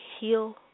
heal